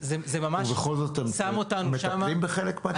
--- ובכל זאת, אתם מטפלים בחלק מהתיקים?